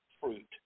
fruit